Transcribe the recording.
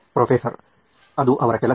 professor ಅದು ಅವರ ಕೆಲಸ